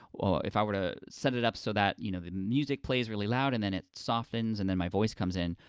if i were to set it up so that you know, the music plays really loud and then it softens and then my voice comes in,